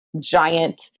giant